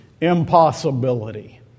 impossibility